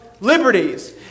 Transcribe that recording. liberties